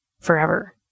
forever